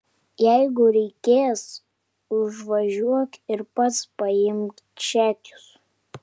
jeigu reikės užvažiuok ir pats paimk čekius